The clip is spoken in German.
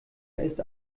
ist